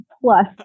plus